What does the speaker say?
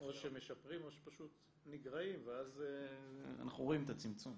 או משפרים או פשוט נגרעים ואז אנחנו רואים את הצמצום.